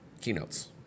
keynotes